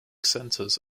centres